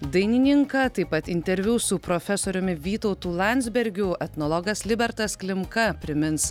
dainininką taip pat interviu su profesoriumi vytautu landsbergiu etnologas libertas klimka primins